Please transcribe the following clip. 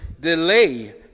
delay